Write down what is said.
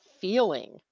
feeling